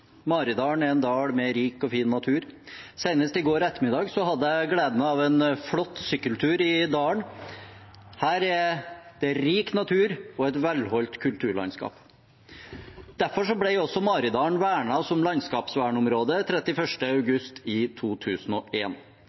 fin natur. Senest i går ettermiddag hadde jeg gleden av en flott sykkeltur i dalen. Her er det rik natur og et velholdt kulturlandskap. Derfor ble også Maridalen vernet som landskapsvernområde 31. august i